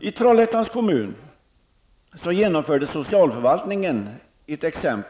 I Trollhättans kommun gjorde socialförvaltningen beräkningar